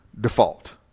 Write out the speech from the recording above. default